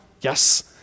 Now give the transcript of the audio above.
Yes